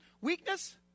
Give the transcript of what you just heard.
Weakness